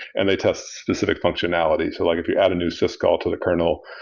and they tests specific functionalities. like if you add a new sys call to the kernel,